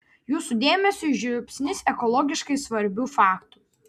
jūsų dėmesiui žiupsnis ekologiškai svarbių faktų